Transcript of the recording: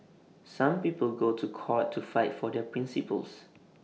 some people go to court to fight for their principles